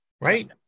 right